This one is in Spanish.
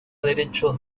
derechos